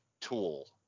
tool